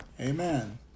Amen